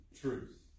Truth